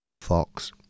Fox